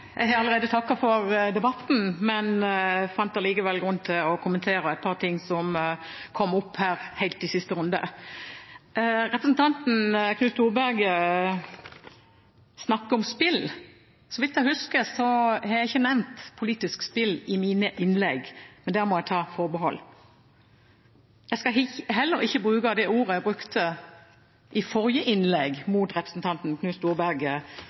Jeg har allerede takket for debatten, men fant allikevel grunn til å kommentere et par ting som kom opp her helt i siste runde. Representanten Knut Storberget snakker om spill. Så vidt jeg husker, har jeg ikke nevnt politisk spill i mine innlegg, men der må jeg ta forbehold. Jeg skal heller ikke bruke det ordet jeg brukte i innlegg før i dag mot representanten Knut Storberget